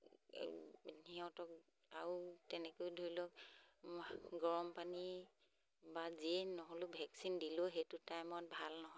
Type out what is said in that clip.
সিহঁতক আৰু তেনেকৈ ধৰি লওক গৰম পানী বা যিয়ে নহ'লেও ভেকচিন দিলেও সেইটো টাইমত ভাল নহয়